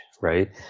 Right